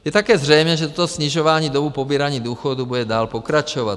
Je také zřejmé, že toto snižování doby pobírání důchodů bude dál pokračovat.